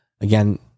again